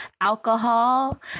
alcohol